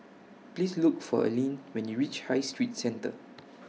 Please Look For Aline when YOU REACH High Street Centre